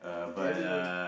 everyone